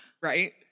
right